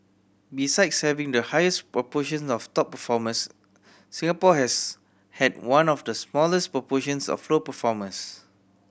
besides having the highest proportion of top performers Singapore has had one of the smallest proportions of low performers